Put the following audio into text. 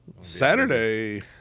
Saturday